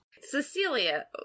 Cecilia